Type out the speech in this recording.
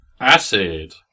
Acid